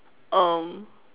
um